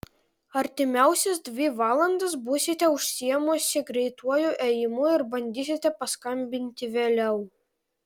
artimiausias dvi valandas būsite užsiėmusi greituoju ėjimu ir bandysite paskambinti vėliau